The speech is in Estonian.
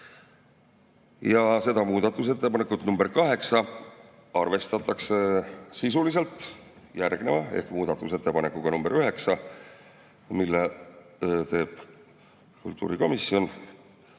Seda muudatusettepanekut nr 8 arvestatakse sisuliselt järgneva ehk muudatusettepanekuga nr 9, mille tegi kultuurikomisjon